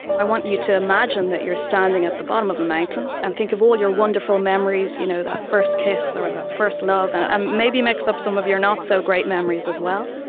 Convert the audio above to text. i want you to imagine that you're standing at the bottom of a mountain and think of all your wonderful memories, you know that first kiss or that first love, and um maybe mix up some of your not-so-great memories as well.